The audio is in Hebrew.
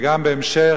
וגם בהמשך,